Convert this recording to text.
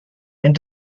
and